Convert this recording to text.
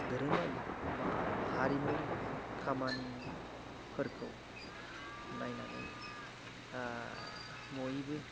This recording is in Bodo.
धोरोमारि बा हारिमुनि खामानिफोरखौ नायनानै बयबो